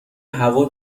هوا